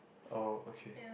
oh okay